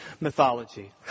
mythology